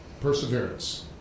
Perseverance